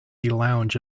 lounge